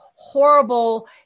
horrible